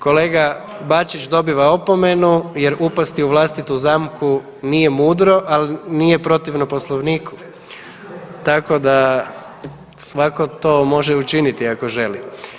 Kolega Bačić dobiva opomenu jer upasti u vlastitu zamku nije mudro, al nije protivno Poslovniku, tako da svako to može učiniti ako želi.